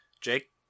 Jake